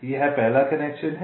यह पहला कनेक्शन है